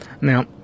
Now